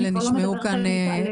אני כבר לא מדברת על התעללויות.